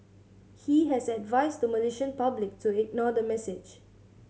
he has advised the Malaysian public to ignore the message